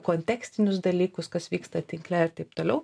kontekstinius dalykus kas vyksta tinkle ir taip toliau